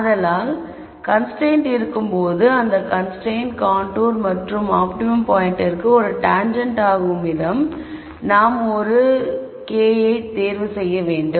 ஆதலால் கன்ஸ்ரைன்ட் இருக்கும்போதுஅந்த constraint contour மற்றும் ஆப்டிமம் பாயிண்ட்டிற்கு ஒரு டான்ஜெண்ட் ஆகும் விதம் நாம் ஒரு k தேர்வு செய்ய வேண்டும்